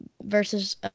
versus